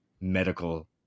medical